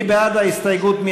מי בעד ההסתייגות?